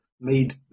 made